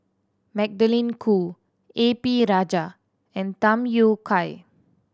Magdalene Khoo A P Rajah and Tham Yui Kai